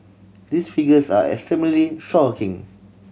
these figures are extremely shocking